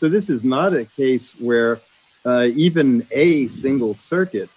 so this is mother where even a single circuit